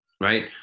right